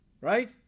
Right